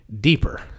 deeper